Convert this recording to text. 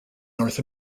north